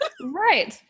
right